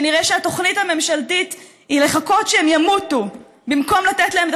שנראה שהתוכנית הממשלתית היא לחכות שהם ימותו במקום לתת להם את